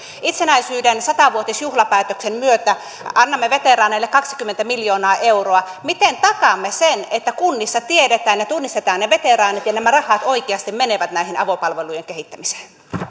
itsenäisyyden satavuotisjuhlapäätöksen myötä annamme veteraaneille kaksikymmentä miljoonaa euroa miten takaamme sen että kunnissa tiedetään ja tunnistetaan ne veteraanit ja nämä rahat oikeasti menevät näiden avopalvelujen kehittämiseen arvoisa